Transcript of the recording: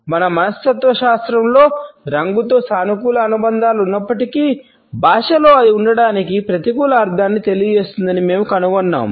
మన మనస్తత్వశాస్త్రంలో రంగుతో సానుకూల అనుబంధాలు ఉన్నప్పటికీ భాషలో అది ఉండటానికి ప్రతికూల అర్ధాన్ని తెలియజేస్తుందని మేము కనుగొన్నాము